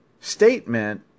statement